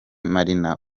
marina